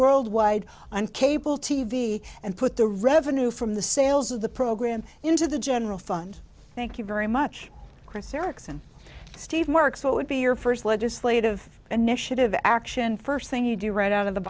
worldwide and cable t v and put the revenue from the sales of the program into the general fund thank you very much chris erickson steve marks what would be your first legislative initiative action first thing you do right out of the